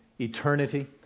eternity